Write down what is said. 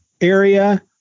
area